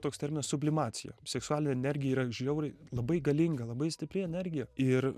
toks terminas sublimacija seksualinė energija yra žiauriai labai galinga labai stipri energija ir